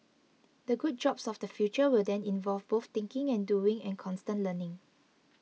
the good jobs of the future will then involve both thinking and doing and constant learning